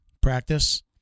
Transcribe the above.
practice